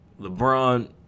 LeBron